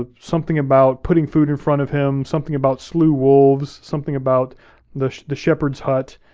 ah something about putting food in front of him, something about slew wolves, something about the the shepherd's hut,